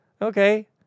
Okay